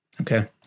Okay